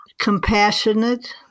compassionate